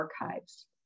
Archives